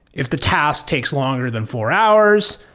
if the task takes longer than four hours,